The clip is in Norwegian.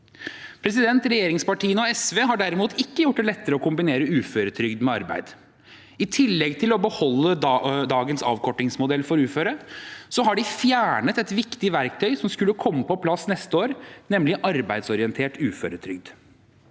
til 1,2 G. Regjeringspartiene og SV har derimot ikke gjort det lettere å kombinere uføretrygd med arbeid. I tillegg til å beholde dagens avkortingsmodell for uføre, har de fjernet et viktig verktøy som skulle komme på plass neste år, nemlig arbeidsorientert uføretrygd.